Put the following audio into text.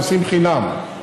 נוסעים חינם,